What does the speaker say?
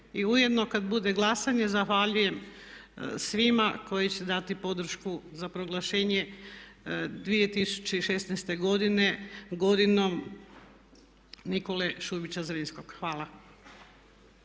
I ujedno kad bude glasanje zahvaljujem svima koji će dati podršku za proglašenje 2016. godine godinom Nikole Šubića Zrinskog. Hvala.